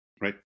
Right